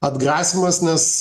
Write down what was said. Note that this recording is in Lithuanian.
atgrasymas nes